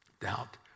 Doubt